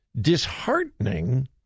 disheartening